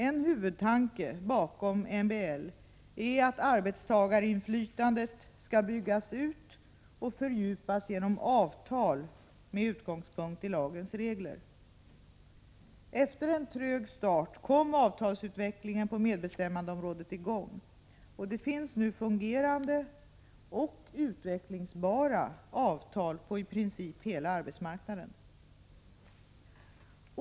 En huvudtanke bakom MBL är att arbetstagarinflytandet skall byggas ut och fördjupas genom avtal med utgångspunkt i lagens regler. Efter en trög start kom avtalsutvecklingen på medbestämmandeområdet i gång. Det finns nu fungerande — och utvecklingsbara — avtal på i princip hela arbetsmarknaden.